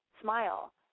Smile